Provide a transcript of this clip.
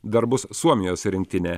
dar bus suomijos rinktinė